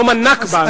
יום ה"נכבה",